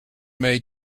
made